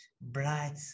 bright